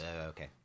Okay